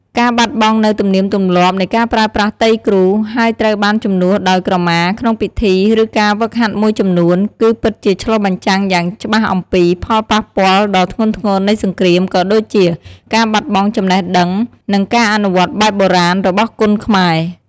ការបាត់បង់នូវ ទំនៀមទម្លាប់នៃការប្រើប្រាស់ ទៃគ្រូ ហើយត្រូវបានជំនួសដោយ ក្រមា ក្នុងពិធី ឬការហ្វឹកហាត់មួយចំនួន គឺពិតជាឆ្លុះបញ្ចាំងយ៉ាងច្បាស់អំពី ផលប៉ះពាល់ដ៏ធ្ងន់ធ្ងរនៃសង្គ្រាម ក៏ដូចជា ការបាត់បង់ចំណេះដឹង និងការអនុវត្តបែបបុរាណ របស់គុនខ្មែរ។